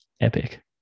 epic